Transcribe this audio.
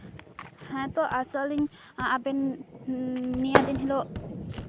ᱦᱮᱸ ᱛᱚ ᱟᱥᱚᱜ ᱟᱹᱞᱤᱧ ᱟᱵᱮᱱ ᱱᱤᱭᱟᱹ ᱫᱤᱱ ᱦᱤᱞᱳᱜ